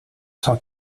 cent